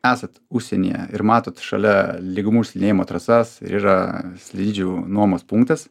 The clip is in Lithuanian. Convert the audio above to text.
esat užsienyje ir matot šalia lygumų slidinėjimo trasas ir yra slidžių nuomos punktas